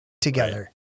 together